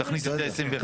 משקיפים זה מפלגות.